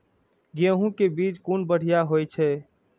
गैहू कै बीज कुन बढ़िया होय छै?